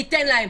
ניתן להם.